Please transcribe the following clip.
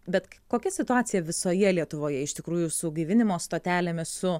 bet kokia situacija visoje lietuvoje iš tikrųjų su gaivinimo stotelėmis su